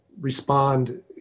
respond